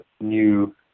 new